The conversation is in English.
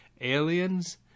Aliens